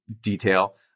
detail